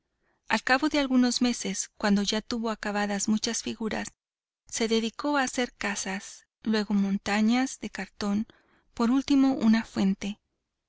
cabo de algunos meses cuando ya tuvo acabadas muchas figuras se dedicó a hacer casas luego montañas de cartón por último una fuente